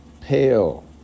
pale